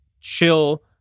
chill